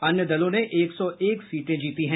अन्य दलों ने एक सौ एक सीटें जीती है